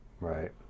Right